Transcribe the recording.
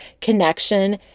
connection